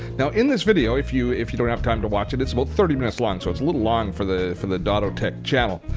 now in this video, if you if you don't have time to watch it, it's about thirty minutes long so it's a little long for the for the dottotech channel,